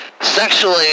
sexually